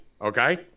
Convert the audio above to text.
Okay